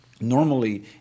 Normally